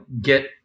get